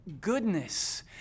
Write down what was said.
goodness